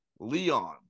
Leon